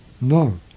No